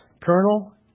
colonel